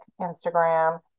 Instagram